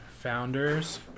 Founders